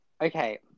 okay